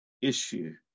issue